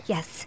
Yes